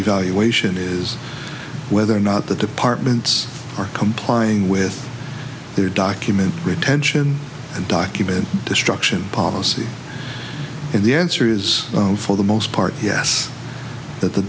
evaluation is with are not the departments are complying with their document retention and document destruction policy and the answer is for the most part yes that the